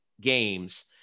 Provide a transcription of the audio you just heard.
games